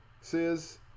says